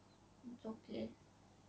it's okay